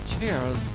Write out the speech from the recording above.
Cheers